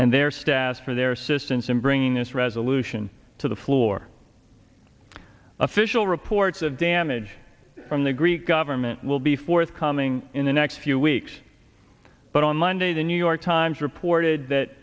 and their staff for their assistance in bringing this resolution to the floor official reports of damage from the greek government will be forthcoming in the next few weeks but on monday the new york times reported that